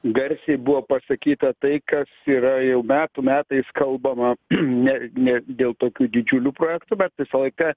garsiai buvo pasakyta tai kas yra jau metų metais kalbama ne ne dėl tokių didžiulių projektų bet visą laiką